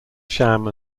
sham